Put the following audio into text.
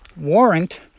warrant